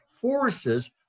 forces